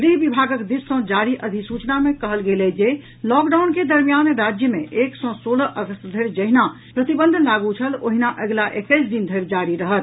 गृह विभागक दिस सँ जारी अधिसूचना मे कहल गेल अछि जे लॉकडाउन के दरमियान राज्य मे एक सँ सोलह अगस्त धरि जहिना प्रतिबंध लागू छल ओहिना अगिला एकैस दिन धरि जारी रहत